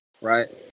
right